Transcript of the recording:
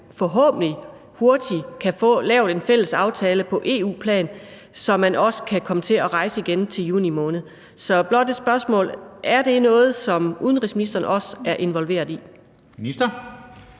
forhåbentlig hurtigt kan få lavet en fælles aftale på EU-plan, så man også kan komme til at rejse igen til juni måned. Så spørgsmålet er blot, om det er noget, som udenrigsministeren også er involveret i.